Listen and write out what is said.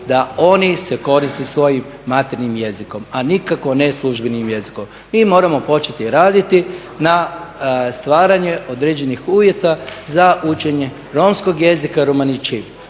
da oni se koriste svojim materinjim jezikom a nikako ne službenim jezikom. Mi moramo početi raditi na stvaranju određenih uvjeta za učenje romskog jezika romanićija.